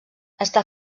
està